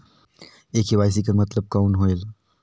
ये के.वाई.सी कर मतलब कौन होएल?